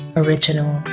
original